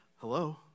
Hello